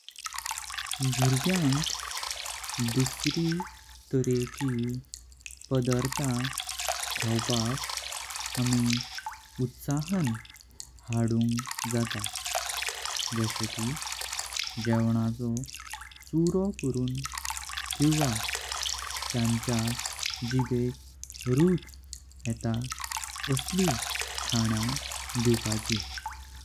भुर्ग्यांक दुसरी तरहेची पदार्था कावपाक आम्ही उत्साहान हाडुंक जाता। जसे की, जेवाची चुरो करून किवा, त्यांच्या जिबेचि रुच येता तसली खाना दिवपाची।